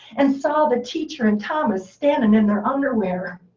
and saw the teacher and thomas standing in their underwear.